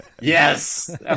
Yes